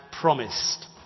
promised